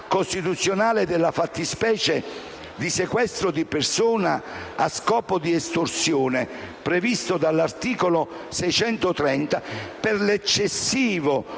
costituzionale della fattispecie di sequestro di persona a scopo di estorsione, prevista dall'articolo 630, per l'eccessivo